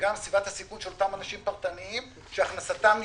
וגם סביבת הסיכון של אותם אנשים פרטניים שהכנסתם נפגעה,